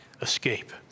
escape